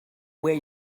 where